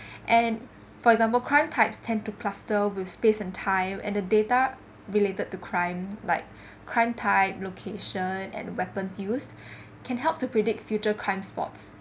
and for example crime types tend to cluster with space and time and the data related to crime like crime type location and weapons used can help to predict future crime spots